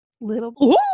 little